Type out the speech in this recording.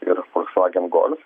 ir volkswagen golf